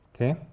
Okay